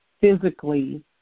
physically